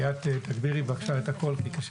ליאת, תגבירי, בבקשה, את הקול, כי קשה לשמוע אותך.